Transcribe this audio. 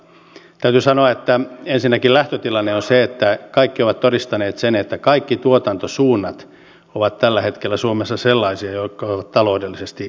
täytyy sanoa että ensinnäkin lähtötilanne on se että kaikki ovat todistaneet sen että kaikki tuotantosuunnat ovat tällä hetkellä suomessa sellaisia jotka ovat taloudellisesti vaikeuksissa